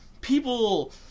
people